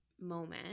moment